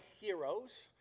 heroes